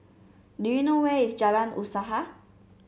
do you know where is Jalan Usaha